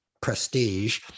prestige